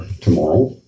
tomorrow